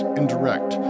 indirect